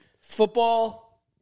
Football